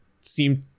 seem